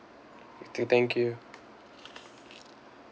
thank you